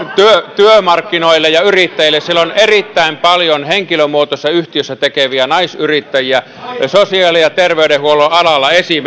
työmarkkinoille ja yrittäjille siellä on erittäin paljon henkilömuotoisissa yhtiöissä toimivia nais yrittäjiä sosiaali ja terveydenhuollon alalla esimerkiksi